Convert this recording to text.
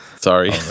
Sorry